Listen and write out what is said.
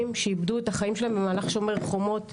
שאיבדו את החיים שלהם במהלך "שומר חומות",